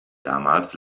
damals